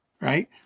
right